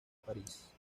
parís